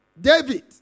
David